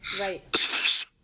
Right